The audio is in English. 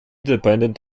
dependent